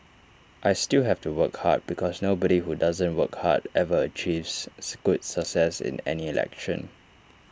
I still have to work hard because nobody who doesn't work hard ever achieves good success in any election